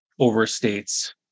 overstates